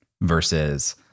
versus